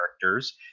characters